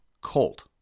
colt